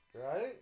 Right